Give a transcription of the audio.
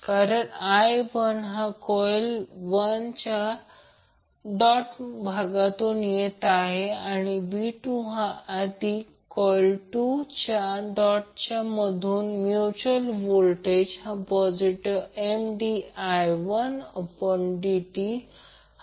कारण i1 हा coil 1 च्या डॉट मधून आत येतो आणि v2 हा अधिक कॉइल 2 च्या डॉटचा म्हणून म्यूच्यूअल व्होल्टेज हा पॉजिटिव Mdi1dt असेल